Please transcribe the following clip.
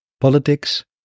politics